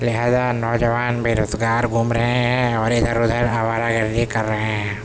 لہذا نوجوان بے روزگار گھوم رہے ہیں اور ادھر ادھر آوارہ گردی کر رہے ہیں